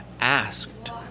asked